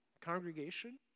congregation